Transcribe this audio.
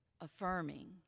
affirming